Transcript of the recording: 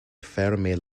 fermer